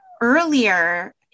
earlier